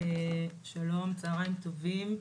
צוהריים טובים.